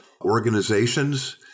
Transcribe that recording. organizations